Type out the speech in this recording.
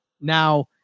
now